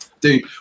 dude